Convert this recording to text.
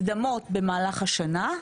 מקדמות במהלך השנה,